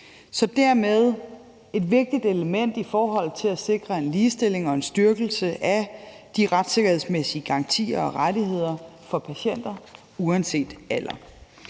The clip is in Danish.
Så dermed er det et vigtigt element i forhold til at sikre en ligestilling og en styrkelse af de retssikkerhedsmæssige garantier og rettigheder for patienter uanset alder.